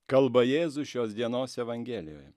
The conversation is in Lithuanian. kalba jėzus šios dienos evangelijoje